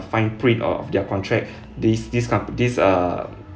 fine print uh of their contract this this com~ this uh